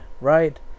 right